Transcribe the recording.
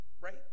right